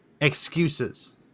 excuses